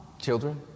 Children